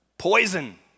Poison